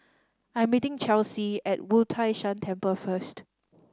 I am meeting Chelsea at Wu Tai Shan Temple first